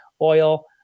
oil